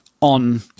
on